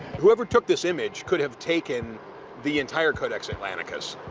whoever took this image could have taken the entire codex atlanticus.